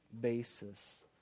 basis